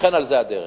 וזאת הדרך.